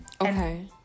Okay